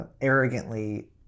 arrogantly